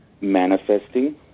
manifesting